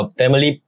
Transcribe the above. family